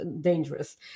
dangerous